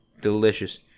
Delicious